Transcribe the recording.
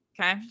Okay